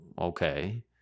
Okay